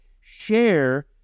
share